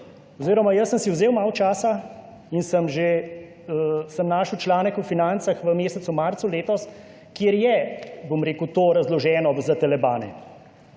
jaz sem si vzel malo časa in sem že našel članek o Financah v mesecu marcu letos, kjer je, bom rekel, to razloženo za telebane